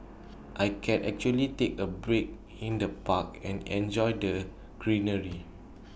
I can actually take A break in the park and enjoy the greenery